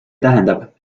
tähendab